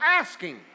asking